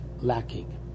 lacking